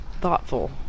thoughtful